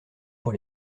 pour